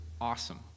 Awesome